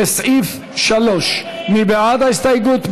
לסעיף 3. מי בעד ההסתייגות?